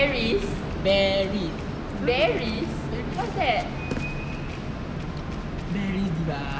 barry barry what's that